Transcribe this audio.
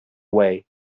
way